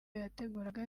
yateguraga